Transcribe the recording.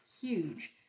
huge